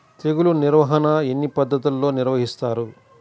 తెగులు నిర్వాహణ ఎన్ని పద్ధతుల్లో నిర్వహిస్తారు?